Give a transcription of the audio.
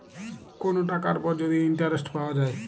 কোন টাকার উপর যদি ইন্টারেস্ট পাওয়া যায়